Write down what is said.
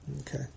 Okay